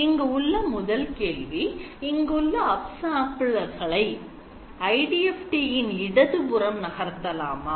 இங்கு உள்ள முதல் கேள்வி "இங்குள்ள upsampler களை IDFT இன் இடது புறம் நகர்த்தலாமா